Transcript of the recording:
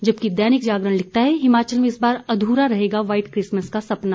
जबकि दैनिक जागरण लिखता है हिमाचल में इस बार अधूरा रहेगा व्हाईट क्रिसमस का सपना